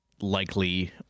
likely